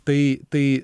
tai tai